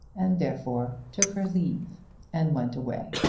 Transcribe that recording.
and therefore took her leave and went away.